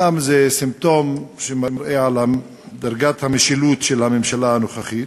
אומנם זה סימפטום שמראה על דרגת המשילות של הממשלה הנוכחית,